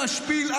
משפיל,